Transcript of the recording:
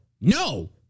no